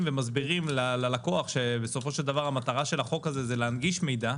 ומסבירים ללקוח שבסופו של דבר מטרת החוק הזה היא להנגיש מידע